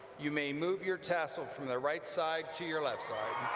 you may move your tassel from the right side to your left side